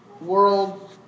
world